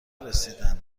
رسیدن